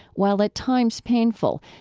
while at times painful,